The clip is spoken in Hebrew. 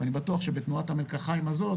ואני בטוח שבתנועת המלקחיים הזאת